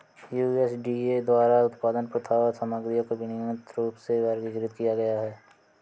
USDA द्वारा उत्पादन प्रथाओं और सामग्रियों को विनियमित रूप में वर्गीकृत किया गया है